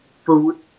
food